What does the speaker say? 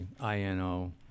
I-N-O